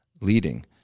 leading